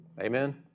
Amen